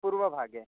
पूर्वभागे